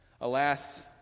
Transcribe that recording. Alas